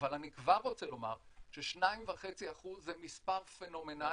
אבל אני כבר רוצה לומר ש-2.5 מיליון זה מספר פנומנלי.